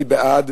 מי בעד?